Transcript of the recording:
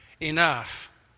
enough